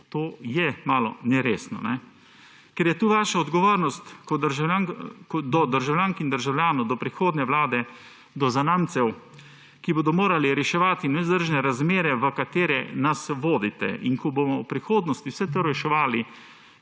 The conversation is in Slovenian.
To je malo neresno. Ker je tu vaša odgovornost do državljank in državljanov, do prihodnje vlade, do zanamcev, ki bodo morali reševati nevzdržne razmere, v katere nas vodite, in ko bomo v prihodnosti vse to reševali,